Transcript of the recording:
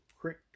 quick